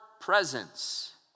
presence